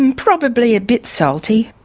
um probably a bit salty.